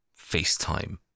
FaceTime